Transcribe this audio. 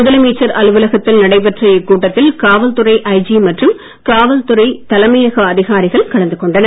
முதலமைச்சர் அலுவலகத்தில் நடைபெற்ற இக்கூட்டத்தில் காவல்துறை ஐஜி மற்றும் காவல்துறை தலைமையக அதிகாரிகள் கலந்து கொண்டனர்